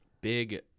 big